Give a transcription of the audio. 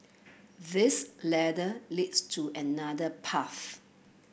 this ladder leads to another path